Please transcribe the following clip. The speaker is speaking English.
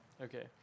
Okay